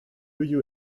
you